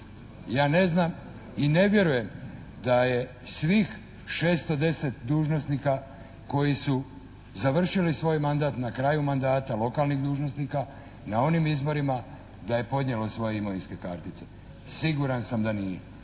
Ja ne znam i ne vjerujem da je svih 610 dužnosnika koji su završili svoj mandat, na kraju mandata lokalnih dužnosnika, na onim izborima da je podnijelo svoje imovinske kartice. Siguran sam da nije.